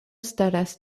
staras